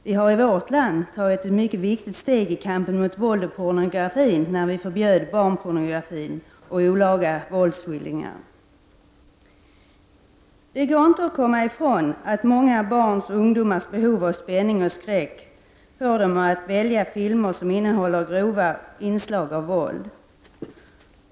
Vi har i vårt land tagit ett mycket viktigt steg i kampen mot våld och pornografi när vi förbjöd barnpornografin och olaga våldsskildringar. Det går inte att komma ifrån att många barns och ungdomars behov av spänning och skräck får dem att välja filmer som innehåller grova inslag av våld.